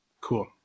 Cool